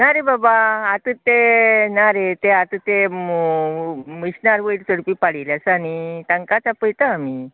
ना रे बाबा आतां ते ना रे ते आतां ते मिश्नार वयर चडपी पाडेली आसा नी तांकांच आपयतां आमी